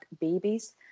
babies